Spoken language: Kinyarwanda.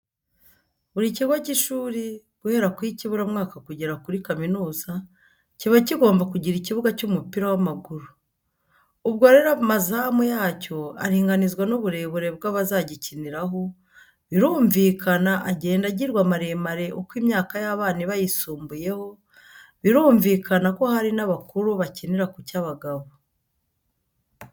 Buri kigo cy'ishuri, guhera ku y'ikiburamwaka kugera kuri kaminuza, kiba kigomba kugira ikibuga cy'umupira w'amaguru. Ubwo rero amazamu yacyo aringanizwa n'uburebure bw'abazagikiniraho, birumvikana agenda agirwa maremare uko imyaka y'abana iba yisumbuyeho, birumvikana ko hari n'abakuru bakinira ku cy'abagabo.